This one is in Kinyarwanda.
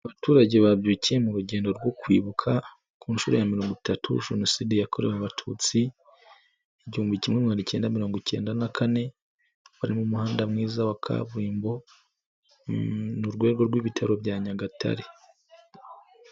Abaturage babyukiye mu rugendo rwo kwibuka ku nshuro ya mirongo itatu jenoside yakorewe abatutsi igihumbi kimwe mirongo icyenda mirongo icyenda na kane, bari mu muhanda mwiza wa kaburimbo mu rwego rw'ibitaro bya Nyagatare.